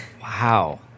Wow